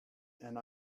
and